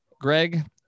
Greg